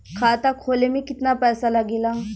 खाता खोले में कितना पैसा लगेला?